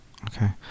Okay